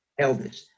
Elvis